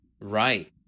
right